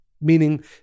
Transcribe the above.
meaning